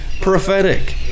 prophetic